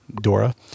Dora